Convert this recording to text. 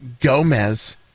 gomez